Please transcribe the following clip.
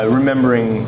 remembering